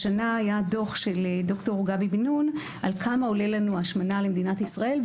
השנה היה דוח של ד"ר גבי בן-נון על כמה עולה השמנה למדינת ישראל,